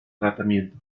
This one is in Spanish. tratamiento